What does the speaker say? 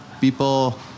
people